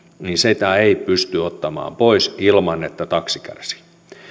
niin sitä ei pysty ottamaan pois ilman että taksi kärsii